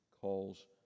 calls